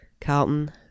Carlton